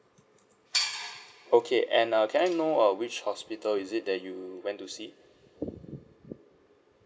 okay and uh can I know uh which hospital is it that you went to see